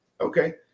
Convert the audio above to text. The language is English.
Okay